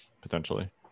potentially